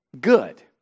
good